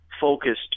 focused